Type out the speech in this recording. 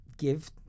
Give